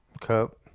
Cup